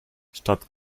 statt